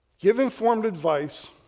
give informed advice,